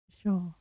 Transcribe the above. sure